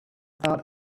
thought